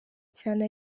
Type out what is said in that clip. cyane